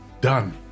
Done